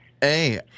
Hey